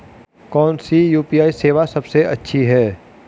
कौन सी यू.पी.आई सेवा सबसे अच्छी है?